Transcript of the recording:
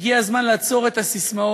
הגיע הזמן לעצור את הססמאות,